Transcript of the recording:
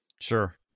Sure